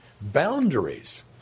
boundaries